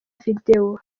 video